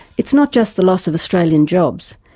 it's not just the loss of australian jobs,